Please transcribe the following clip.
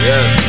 Yes